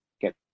get